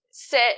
Sit